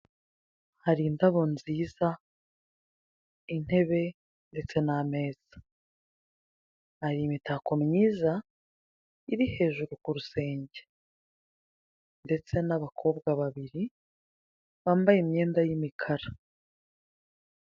Hari indabo nziza, intebe ndetse n'ameza, hari imitako myiza iri hejuru ku rusenge ndetse n'abakobwa babiri bambaye imyenda y'imikara.